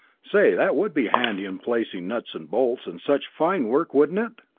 say, that would be handy in placing nuts and bolts, and such fine work, wouldn't it?